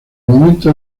momento